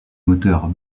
moteurs